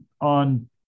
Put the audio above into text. on